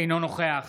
אינו נוכח